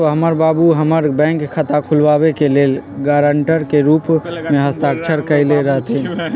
हमर बाबू हमर बैंक खता खुलाबे के लेल गरांटर के रूप में हस्ताक्षर कयले रहथिन